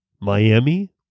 Miami